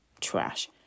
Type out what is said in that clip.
trash